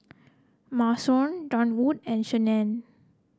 Marisol Durwood and Shannen